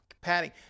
padding